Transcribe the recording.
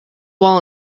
wall